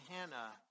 Hannah